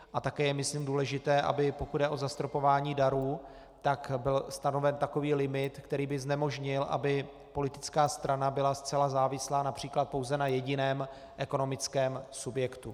A také je myslím důležité, aby pokud jde o zastropování darů, byl stanoven takový limit, který by znemožnil, aby politická strana byla zcela závislá například pouze na jediném ekonomickém subjektu.